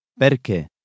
Perché